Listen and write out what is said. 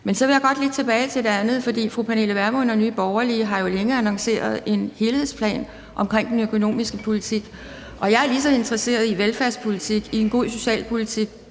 sig. Så vil jeg godt lige tilbage til det andet, for fru Pernille Vermund og Nye Borgerlige har jo længe annonceret en helhedsplan omkring den økonomiske politik. Og jeg er lige så interesseret i velfærdspolitik, i en god socialpolitik,